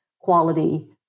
quality